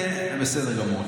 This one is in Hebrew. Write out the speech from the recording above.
בסדר גמור.